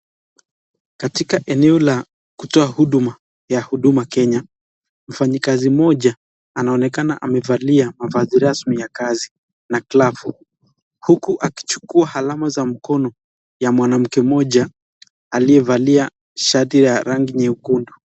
Katika eneo la kutoa huduma ya Huduma Kenya mfanyakazi mmoja anaonekana amevalia mavazi rasmi ya kazi na glavu huku akichukua alama za mkono ya mwanamke mmoja aliyevalia shati ya rangi nyekundu.